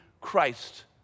Christ